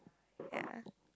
ya